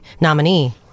nominee